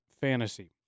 Fantasy